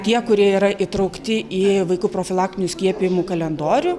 tie kurie yra įtraukti į vaikų profilaktinių skiepijimų kalendorių